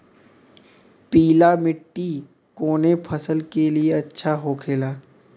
पीला मिट्टी कोने फसल के लिए अच्छा होखे ला?